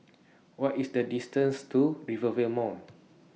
What IS The distance to Rivervale Mall